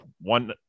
one –